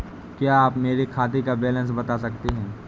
क्या आप मेरे खाते का बैलेंस बता सकते हैं?